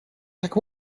tak